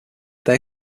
they